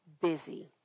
busy